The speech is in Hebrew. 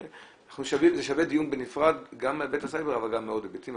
וזה שווה דיון בנפרד גם מהיבט הסייבר אבל גם מעוד היבטים,